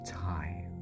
time